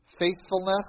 faithfulness